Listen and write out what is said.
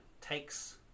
takes